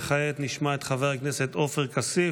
כעת נשמע את חבר הכנסת עופר כסיף,